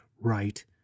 right